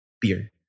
beer